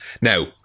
now